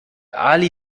ali